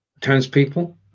townspeople